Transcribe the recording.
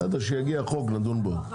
כשיגיע החוק נדון בו.